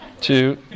two